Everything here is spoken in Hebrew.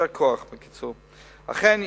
אכן,